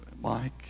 Mike